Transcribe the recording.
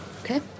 okay